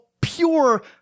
pure